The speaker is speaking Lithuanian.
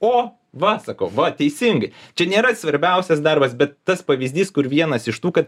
o va sakau va teisingai čia nėra svarbiausias darbas bet tas pavyzdys kur vienas iš tų kad